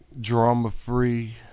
drama-free